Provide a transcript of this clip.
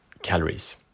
calories